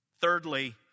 Thirdly